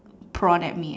prawn at me leh